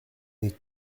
est